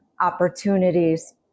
opportunities